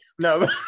No